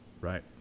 Right